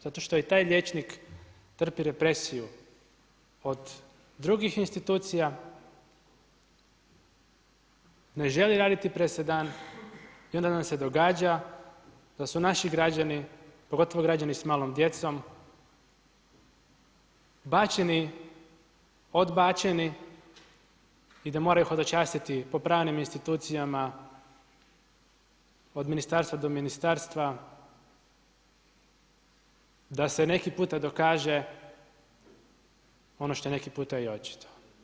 Zato što i taj liječnik trpi represiju od drugih institucija, ne želi raditi presedan i onda nam se događa da su naši građani, pogotovo građani sa malom djecom bačeni, odbačeni i da moraju hodočastiti po pravnim institucijama od ministarstva do ministarstva, da se neki puta dokaže ono što je neki puta i očito.